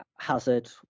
Hazard